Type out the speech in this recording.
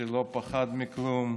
שלא פחדו מכלום.